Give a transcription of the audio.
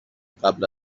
قبل